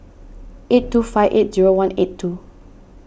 eight two five eight zero one eight two